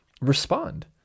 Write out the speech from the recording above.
respond